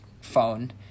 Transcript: phone